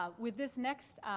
ah with this next